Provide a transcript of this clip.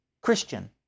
Christian